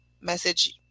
message